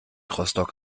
rostock